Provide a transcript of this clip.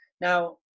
Now